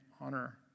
honor